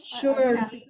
Sure